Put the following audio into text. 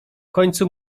końcu